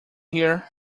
here